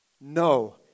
No